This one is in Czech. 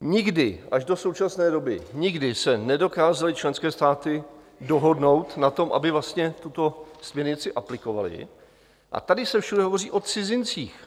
Nikdy, až do současné doby, nikdy se nedokázaly členské státy dohodnout na tom, aby vlastně tuto směrnici aplikovaly, a tady se všude hovoří o cizincích.